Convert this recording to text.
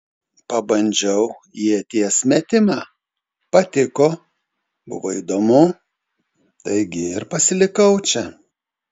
pabandžiau ieties metimą patiko buvo įdomu taigi ir pasilikau čia